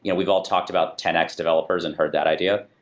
yeah we've all talked about ten x developers and heard that idea.